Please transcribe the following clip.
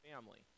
family